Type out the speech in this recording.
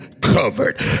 covered